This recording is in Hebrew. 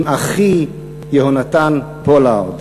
עם אחי יהונתן פולארד.